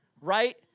right